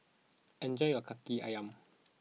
enjoy your Kaki Ayam